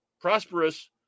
Prosperous